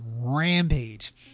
rampage